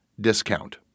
discount